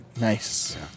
Nice